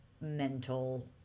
mental